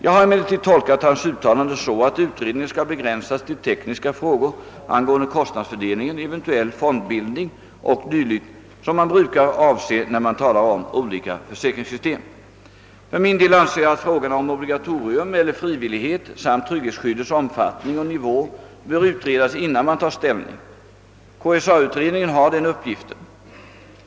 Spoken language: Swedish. Jag har emellertid tolkat hans uttalande så, att utredningen skall begränsas till tekniska frågor angående kostnadsfördelningen, eventuell fondbildning o. d., som man brukar avse när man talar om olika försäkringssystem. För min del anser jag att frågorna om obligatorium = eller = frivillighet samt trygghetsskyddets omfattning och nivå bör utredas innan man tar ställning. KSA-utredningen har den uppgiften.